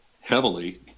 heavily